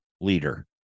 leader